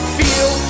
feel